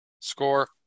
Score